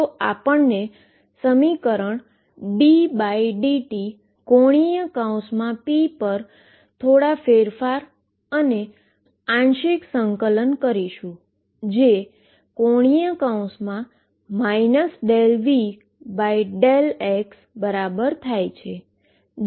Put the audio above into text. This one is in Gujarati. હવે આપણે સમીકરણ ddt⟨p⟩ પર થોડા ફેરફાર અને પાર્શીઅલ ઈન્ટીગ્રેશન કરશું જે ⟨ ∂V∂x⟩ બરાબર થાય છે